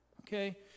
Okay